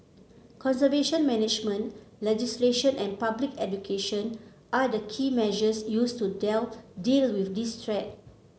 conservation management legislation and public education are the key measures used to deal with this threat